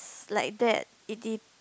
like that it de~